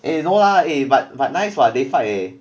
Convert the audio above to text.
eh no lah eh but but nice [what] they fight eh